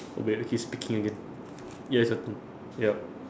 okay we have to keep speaking again yes have to yup